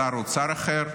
שר אוצר אחר,